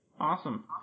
Awesome